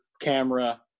camera